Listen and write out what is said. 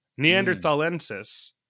Neanderthalensis